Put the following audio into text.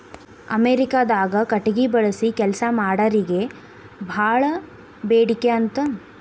ಅಮೇರಿಕಾದಾಗ ಕಟಗಿ ಬಳಸಿ ಕೆಲಸಾ ಮಾಡಾರಿಗೆ ಬಾಳ ಬೇಡಿಕೆ ಅಂತ